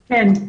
כן.